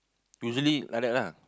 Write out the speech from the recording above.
usually like that lah